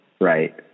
Right